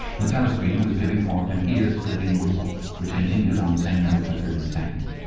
the telescreen was giving forth an ear-splitting whistle which continued on the same note for thirty seconds.